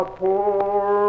poor